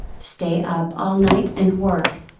stay up all night and work.